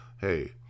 hey